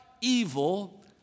evil